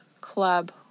club